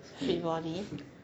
fit body